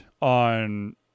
on